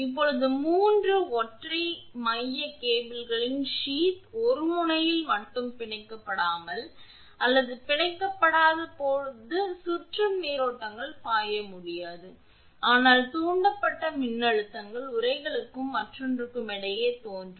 இப்போது 3 ஒற்றை மைய கேபிள்களின் சீத் ஒரு முனையில் மட்டும் பிணைக்கப்படாமல் அல்லது பிணைக்கப்படாதபோது சுற்றும் நீரோட்டங்கள் பாய முடியாது ஆனால் தூண்டப்பட்ட மின்னழுத்தங்கள் உறைகளுக்கும் மற்றொன்றுக்கும் இடையே தோன்றும்